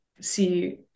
see